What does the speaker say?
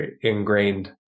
ingrained